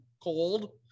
cold